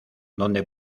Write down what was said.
donde